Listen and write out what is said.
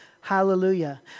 hallelujah